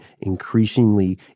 increasingly